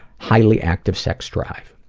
highly active sex drive.